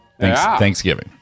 Thanksgiving